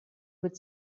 good